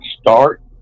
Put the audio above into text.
Start